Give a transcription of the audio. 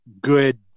good